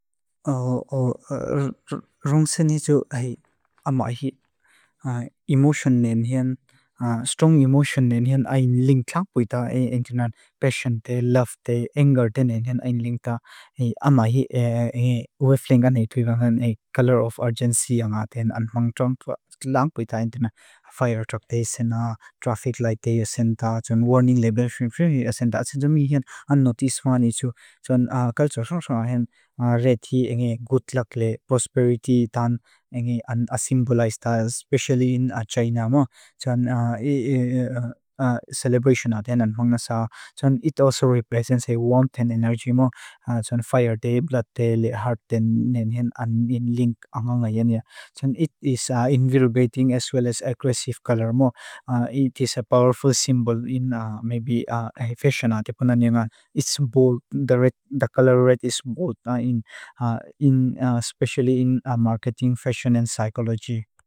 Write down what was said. Rungsen hi tsu amahi emotion nen hian, strong emotion nen hian, ayin linka buida. Intina passion te, love te, anger ten nen hian, ayin linka. Amahi weflingan hi tuivanghan, color of urgency anga ten. Mang trang lang buida. Intina fire truck te isena, traffic light te isena. Tsun warning label isena. Tsun mihian unnoticed one isu. Tsun culture shong shong ahen. Red hi enge good luck le, prosperity tan enge symbolize ta. Especially in China mo. Tsun celebration ahen. Tsun it also represents a wanton energy mo. Tsun fire te, blood te, heart ten nen hian, ayin linka. Tsun it is invigorating as well as aggressive color mo. It is a powerful symbol in maybe fashion. It is bold. The color red is bold. Especially in marketing, fashion and psychology.